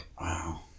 wow